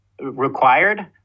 required